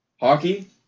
Hockey